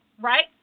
Right